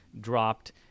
dropped